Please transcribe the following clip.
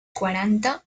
quaranta